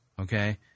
okay